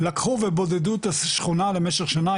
לקחו ובודדו את השכונה למשך שנה,